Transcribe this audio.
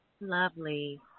lovely